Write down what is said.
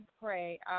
pray